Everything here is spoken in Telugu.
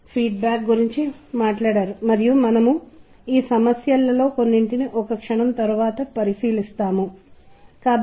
సందేశం పొందడం సందేశం పంపడం మరియు అన్ని విషయాలతో ధ్వని కూడా అనుబంధించబడి ఉంటుంది